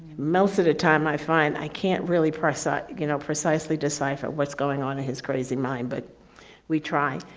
most of the time, i find i can't really press that, ah you know, precisely decipher what's going on in his crazy mind, but we try.